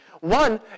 One